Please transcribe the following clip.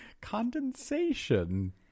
condensation